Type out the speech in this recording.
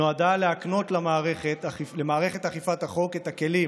נועדה להקנות למערכת אכיפת החוק את הכלים